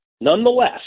nonetheless